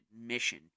admission